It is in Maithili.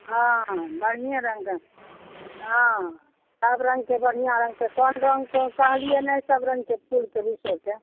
हँ बढ़िएँ रङ्गके हँ सब रङ्गके बढ़िआँ रङ्गके कोन रङ्गके कहलियै नहि सब रङ्गके फूलके बिषयके